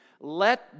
let